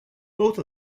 both